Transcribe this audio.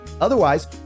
Otherwise